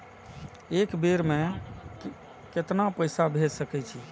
एक बेर में केतना पैसा भेज सके छी?